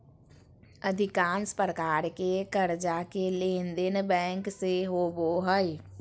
अधिकांश प्रकार के कर्जा के लेनदेन बैंक से होबो हइ